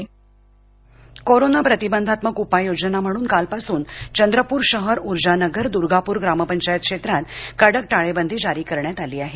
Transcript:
corona Chandrapur corona प्रतिबंधनात्मक उपाययोजना म्हणून कालपासून चंद्रपूर शहर उर्जानगर दुर्गापूर ग्रामपंचायत क्षेत्रात कडक टाळेबंदी जारी करण्यात आली आहे